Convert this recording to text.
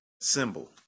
symbol